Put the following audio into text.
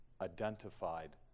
identified